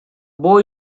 boy